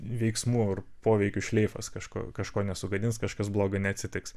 veiksmų ir poveikių šleifas kažko kažko nesugadins kažkas blogo neatsitiks